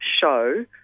show